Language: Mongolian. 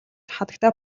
хатагтай